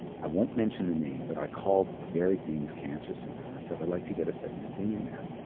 i won't mention the name, but i called a very famous cancer center and i said, i'd like to get a second opinion there.